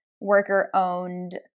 worker-owned